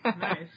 Nice